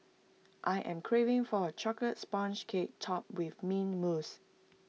I am craving for A Chocolate Sponge Cake Topped with Mint Mousse